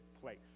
place